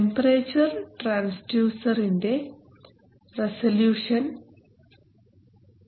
temperature ട്രാൻസ്ഡ്യൂസർൻറെ resolution 0